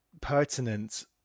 pertinent